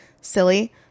Silly